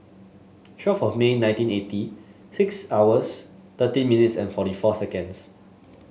twelve of May nineteen eighty six hours thirteen minutes and forty four seconds